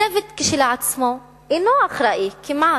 הצוות כשלעצמו אינו אחראי כמעט,